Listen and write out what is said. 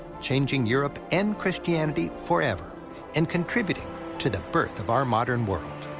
changing europe and christianity forever and contributing to the birth of our modern world.